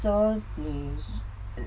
so 你